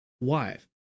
wife